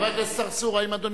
חבר הכנסת צרצור, האם אדוני,